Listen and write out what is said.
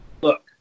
look